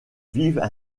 vivent